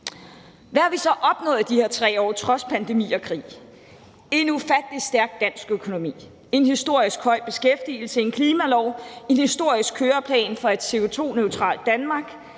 Hvad har vi så opnået i de her 3 år trods pandemi og krig? En ufattelig stærk dansk økonomi, en historisk høj beskæftigelse, en klimalov, en historisk køreplan for et CO2-neutralt Danmark,